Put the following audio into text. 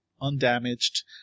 undamaged